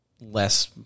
less